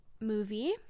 movie